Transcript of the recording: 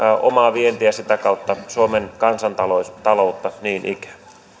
omaa vientiään ja sitä kautta suomen kansantaloutta niin ikään